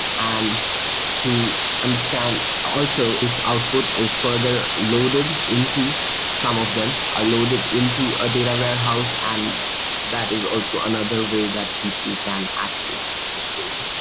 and to understand, also, this output is further loaded into some of them are loaded into a data warehouse and that is also another way that people can access this data.